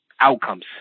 outcomes